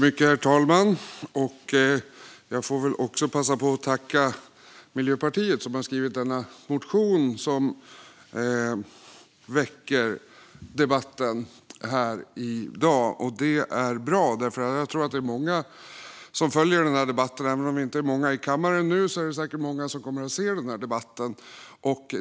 Herr talman! Jag får passa på att tacka Miljöpartiet som har skrivit den motion som väcker debatten här i dag. Det är bra. Även om det inte är många personer här i kammaren i dag tror jag att det är många som kommer att se den här debatten.